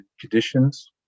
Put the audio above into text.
conditions